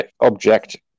object